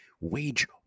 wage